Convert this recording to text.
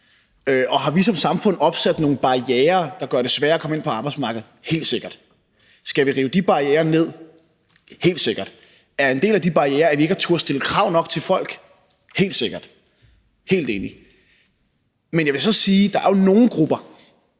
Og har vi som samfund opsat nogle barrierer, der gør det sværere at komme ind på arbejdsmarkedet? Ja, det har vi helt sikkert. Skal vi rive de barrierer ned? Helt sikkert. Er en del af de barrierer, at vi ikke har turdet at stille nok krav til folk? Helt sikkert – helt enig. Men jeg vil så sige, at der er nogle grupper,